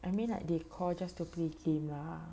I mean like they call just to play game lah